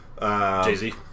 Jay-Z